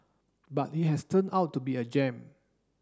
but it has turned out to be a gem